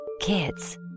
Kids